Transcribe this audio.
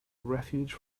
refuge